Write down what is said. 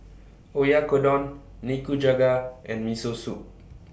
Oyakodon Nikujaga and Miso Soup